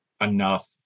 enough